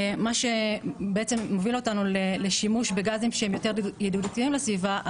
זה מוביל אותנו לשימוש בגזים שהם יותר ידידותיים לסביבה,